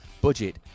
budget